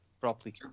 properly